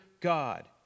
God